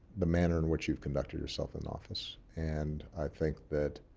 the manner in which you've conducted yourself in office. and i think that